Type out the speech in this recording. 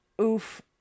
Oof